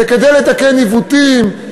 זה כדי לתקן עיוותים,